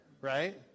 right